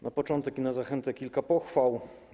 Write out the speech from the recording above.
Na początek i na zachętę kilka pochwał.